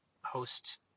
host